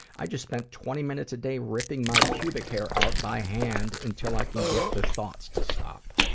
i just spent twenty minutes a day ripping my pubic hairs out by hand until i can get the thoughts to stop.